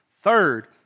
Third